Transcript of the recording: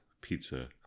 pizza